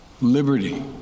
liberty